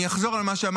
אני אחזור על מה שאמרתי,